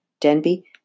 Denby